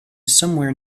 somewhere